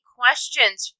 questions